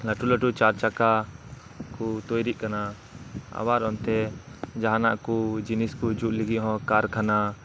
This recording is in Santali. ᱞᱟᱹᱴᱩ ᱞᱟᱹᱴᱩ ᱪᱟᱨ ᱪᱟᱠᱟ ᱠᱚ ᱛᱚᱭᱨᱤᱜ ᱠᱟᱱᱟ ᱟᱵᱟᱨ ᱚᱱᱛᱮ ᱡᱟᱦᱟᱸᱱᱟᱜ ᱠᱚ ᱡᱤᱱᱤᱥ ᱠᱚ ᱦᱤᱡᱩᱜ ᱞᱟᱹᱜᱤᱫ ᱦᱚᱸ ᱠᱟᱨᱠᱷᱟᱱᱟ